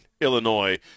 Illinois